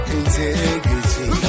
integrity